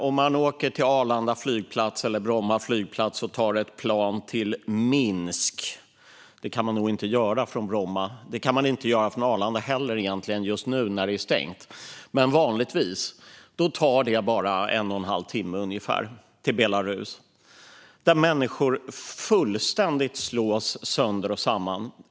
Att ta ett plan från Arlanda flygplats till flygplatsen i Minsk i Belarus, vilket man inte kan göra just nu när den är stängd men vanligtvis, tar bara ungefär en och en halv timme. I Belarus slås människor fullständigt sönder och samman.